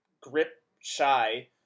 grip-shy